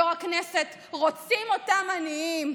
יו"ר הישיבה, רוצים אותם עניים,